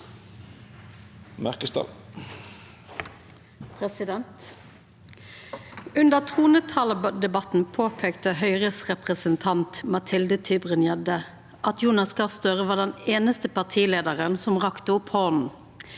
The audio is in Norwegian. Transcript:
Under trontaledebatten peikte Høgres representant Mathilde Tybring-Gjedde på at Jonas Gahr Støre var den einaste partileiaren som rekte opp handa